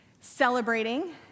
Celebrating